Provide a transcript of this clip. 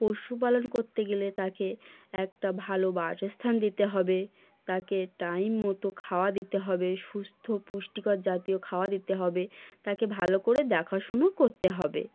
পশুপালন করতে গেলে তাকে একটা ভালো বাসস্থান দিতে হবে তাকে টাইম মতো খাওয়া দিতে হবে সুস্থ পুষ্টিকর জাতীয় খাওয়া দিতে হবে তাকে ভালো করে দেখাশুনো করতে হবে